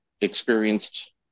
experienced